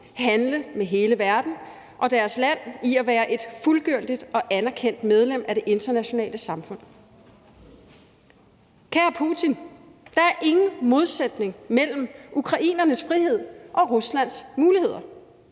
handle med hele verden eller deres land i at være et fuldgyldigt og anerkendt medlem af det internationale samfund. Kære Putin, der er ingen modsætning mellem ukrainernes frihed og Ruslands muligheder,